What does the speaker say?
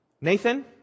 Nathan